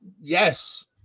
yes